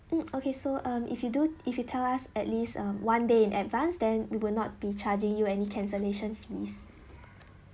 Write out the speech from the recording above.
mm okay so um if you do if you tell at least uh one day in advance then we will not be charging you any cancellation fees